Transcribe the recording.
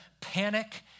panic